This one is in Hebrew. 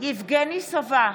יבגני סובה,